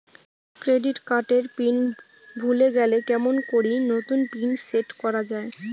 Credit card এর pin ভুলে গেলে কেমন করি নতুন পিন সেট করা য়ায়?